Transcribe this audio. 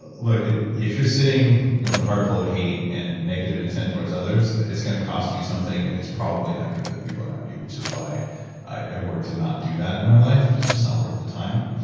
ah look if you're sitting you know with a heart full of hate and negative intent towards others, it's going to cost you something and it's probably not good for the people around you. which is why i work to not do that in my life, it's just not worth the time.